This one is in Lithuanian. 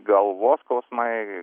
galvos skausmai